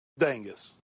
Dangus